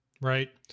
Right